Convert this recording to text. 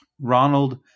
Ronald